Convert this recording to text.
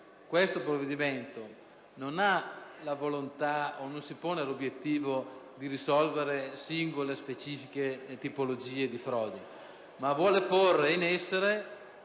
Il provvedimento in esame non si pone l'obiettivo di risolvere singole e specifiche tipologie di frodi, ma vuole porre in essere